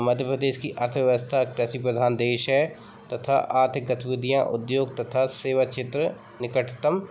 मध्य प्रदेश की अर्थवेवस्था कृषि प्रधान देश है तथा आर्थिक गतिविधियाँ उद्योग तथा सेवा क्षेत्र निकटतम